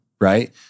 right